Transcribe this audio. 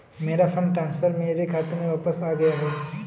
मेरा fund transfer मेरे खाते में वापस आ गया है